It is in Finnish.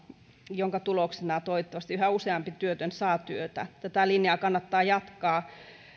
jonka tuloksena toivottavasti yhä useampi työtön saa työtä tätä linjaa kannattaa jatkaa